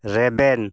ᱨᱮᱵᱮᱱ